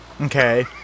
Okay